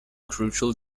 crucial